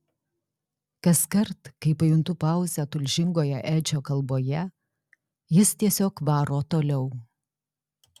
kaskart kai pajuntu pauzę tulžingoje edžio kalboje jis tiesiog varo toliau